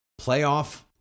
Playoff